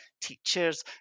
teachers